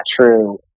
true